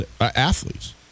athletes